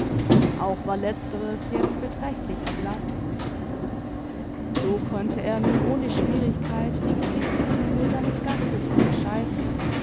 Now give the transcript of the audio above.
auch war letzteres jetzt beträchtlich erblaßt so konnte er nun ohne schwierigkeit die gesichtszüge seines gastes unterscheiden